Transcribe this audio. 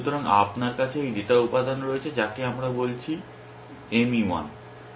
সুতরাং আপনার কাছে এই ডেটা উপাদান রয়েছে যাকে আমরা বলছি M E 1